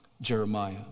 Jeremiah